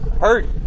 hurt